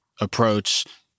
approach